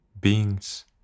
beings